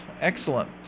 Excellent